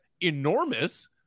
enormous